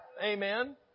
Amen